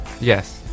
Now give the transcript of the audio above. Yes